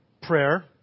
Prayer